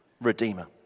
redeemer